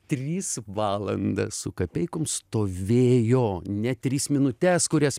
tris valandas su kapeikom stovėjo ne tris minutes kurias